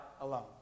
alone